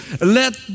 Let